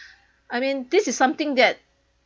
I mean this is something that